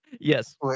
Yes